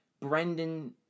Brendan